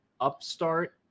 Upstart